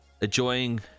enjoying